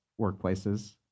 workplaces